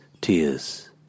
tears